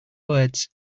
words